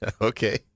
Okay